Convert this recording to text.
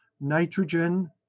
nitrogen